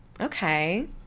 Okay